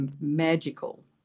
magical